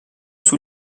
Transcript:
sous